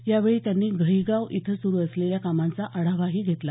यावेळी त्यांनी घईगाव इथं सुरू असलेल्या कामांचा आढावाही घेतला